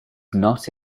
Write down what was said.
not